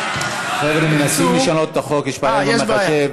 חבר'ה, מנסים לשנות את החוק, יש בעיה עם המחשב.